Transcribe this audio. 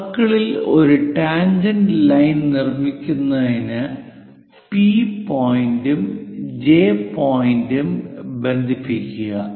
സർക്കിളിൽ ഒരു tangent line നിർമ്മിക്കുന്നതിന് പി പോയിന്റും ജെ പോയിന്റും ബന്ധിപ്പിക്കുക